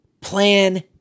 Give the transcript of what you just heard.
plan